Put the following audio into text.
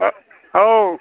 औ